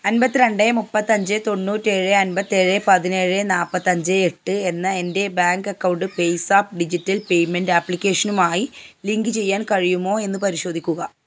അന്പത്തിരണ്ട് മുപ്പത്തഞ്ച് തൊണ്ണൂറ്റേഴ് അന്പത്തേഴ് പതിനേഴ് നാൽപ്പത്തഞ്ച് എട്ട് എന്ന എൻ്റെ bank account PayZapp digital payment ആപ്ലിക്കേഷനുമായി ലിങ്ക് ചെയ്യാൻ കഴിയുമോ എന്ന് പരിശോധിക്കുക